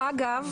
אגב,